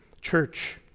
church